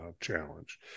challenge